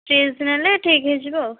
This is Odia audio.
ଠିକ୍ ହେଇଯିବ ଆଉ